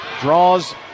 Draws